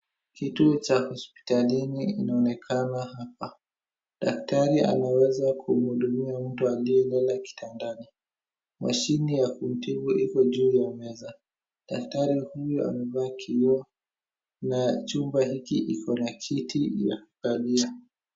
Kituo cha hospitalini kinaonekana hapa, daktari anaweza kumhudumia mtu aliyelala kitandani, mashine ya kumtibu iko juu ya meza, daktari huyo amevaa kioo na chumba hiki iko na kiti ya kukalia.